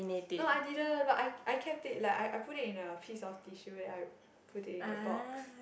no I didn't but I I kept it like I I put it in a piece of tissue then I put it in a box